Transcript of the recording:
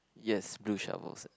yes blue shovels